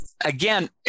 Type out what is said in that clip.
again